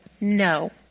No